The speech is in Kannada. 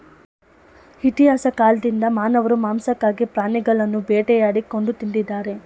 ಇತಿಹಾಸ ಕಾಲ್ದಿಂದ ಮಾನವರು ಮಾಂಸಕ್ಕಾಗಿ ಪ್ರಾಣಿಗಳನ್ನು ಬೇಟೆಯಾಡಿ ಕೊಂದು ತಿಂದಿದ್ದಾರೆ